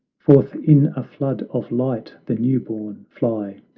forth in a flood of light the new-born fly,